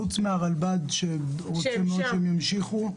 חוץ מהרלב"ד שרוצה מאוד שהם ימשיכו,